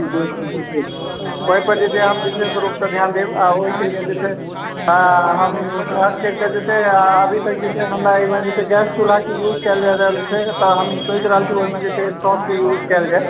ओहिपर जे छै हम विशेष रुपसँ ध्यान देब आ ओहिके लिए जे छै हम ख़ास कए कऽ जे छै से अभी तक हमरा एहिमे जे छै से गैस चुल्हाके युज कयल जा रहल छै तऽ हम सोचि रहल छी ओहिमे जे छै स्टोवके युज कयल जाय